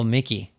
Mickey